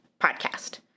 podcast